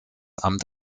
amt